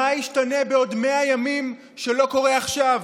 מה ישתנה בעוד 100 ימים שלא קורה עכשיו?